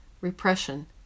repression